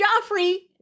Joffrey